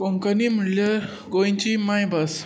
कोंकणी म्हणल्यार गोंयची मायभास